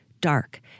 dark